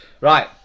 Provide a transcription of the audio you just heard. Right